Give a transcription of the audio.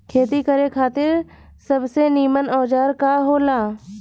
खेती करे खातिर सबसे नीमन औजार का हो ला?